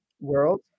world